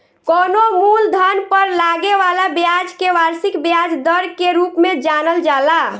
कवनो मूलधन पर लागे वाला ब्याज के वार्षिक ब्याज दर के रूप में जानल जाला